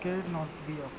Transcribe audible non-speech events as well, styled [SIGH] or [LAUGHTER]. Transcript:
[UNINTELLIGIBLE]